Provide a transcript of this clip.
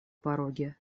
пороге